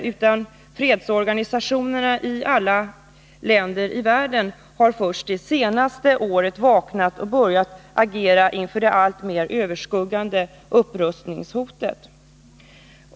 Först det senaste året har fredsorganisationerna i alla länder i världen vaknat och börjat agera inför det alltmer överskuggande upprustningshotet.